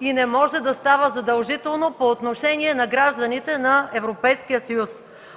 и не може да става задължително по отношение на гражданите на Европейския съюз.